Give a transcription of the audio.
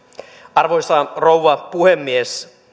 arvoisa rouva puhemies